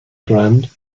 grand